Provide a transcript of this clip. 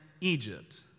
Egypt